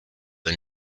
the